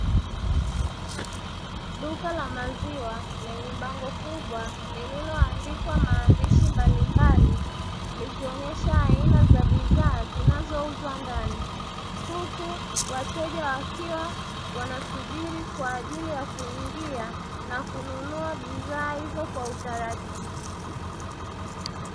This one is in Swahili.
Duka la maziwa lenye bango kubwa lililoandikwa maandishi mbalimbali, likionyesha aina za bidhaa zinazouzwa ndani, huku wateja wakiwa wanasubiri kwa ajili ya kuingia na kununua bidhaa hizo kwa utaratibu.